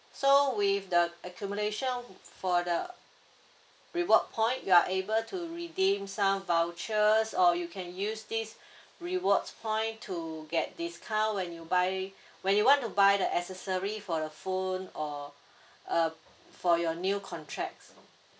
so with the accumulation for the reward point you are able to redeem some vouchers or you can use this rewards point to get discount when you buy when you want to buy the accessory for the phone or uh for your new contracts